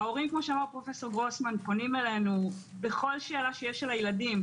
ההורים פונים אלינו בכל שאלה שיש על הילדים.